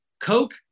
Coke